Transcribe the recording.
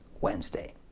Wednesday